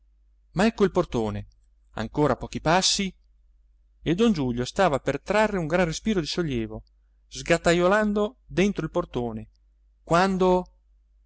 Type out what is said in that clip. ma ecco il portone ancora pochi passi e don giulio stava per trarre un gran respiro di sollievo sgattajolando dentro il portone quando